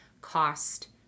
cost